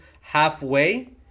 halfway